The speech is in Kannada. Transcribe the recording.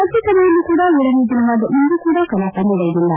ರಾಜ್ಞಸಭೆಯಲ್ಲೂ ಕೂಡ ಏಳನೇ ದಿನವಾದ ಇಂದೂ ಕೂಡಾ ಕಲಾಪ ನಡೆಯಲಿಯಲ್ಲ